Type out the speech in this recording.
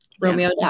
Romeo